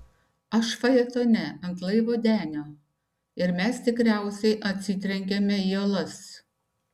aš fajetone ant laivo denio ir mes tikriausiai atsitrenkėme į uolas